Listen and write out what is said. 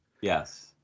Yes